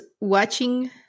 watching